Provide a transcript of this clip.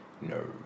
No